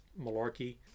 malarkey